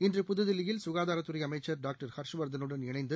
இன்று புதுதில்லியில் சுகாதாரத்துறை அமைச்சர் டாக்டர் ஹர்ஷவர்தனுடன் இணைந்து